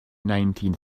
nineteen